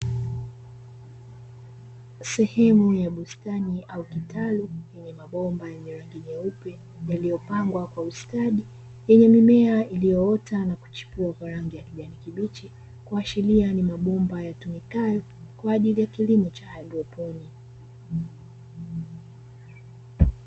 Sehemu ya bustani au kitalu yenye mabomba yenye rangi nyeupe yaliyopangwa kwa ustadi, yenye mimea iliyoota na kuchipua kwa rangi ya kijani kibichi, kuashiria ni mabomba yatumikayo kwa ajili ya kilimo cha haidroponi.